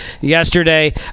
yesterday